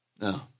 No